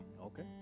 Okay